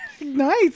Nice